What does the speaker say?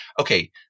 okay